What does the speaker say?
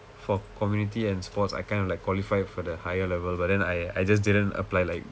for community and sports I kind of like qualify for the higher level but then I I just didn't apply like